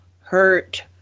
hurt